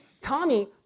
Tommy